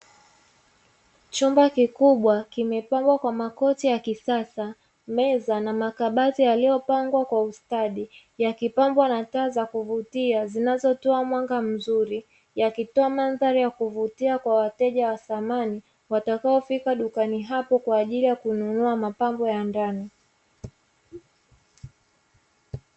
Chumba kikubwa kimepambwa kwa makochi ya kisasa meza na makabati yaliyopangwa kwa ustadi yakipambwa na taa za kuvutia zinazotoa mwanga mzuri, yakitoa mandhari ya kuvutia kwa wateja wa samani watakaofika dukani hapo kwa ajili ya kununua mapambo ya ndani.